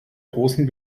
großen